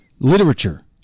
literature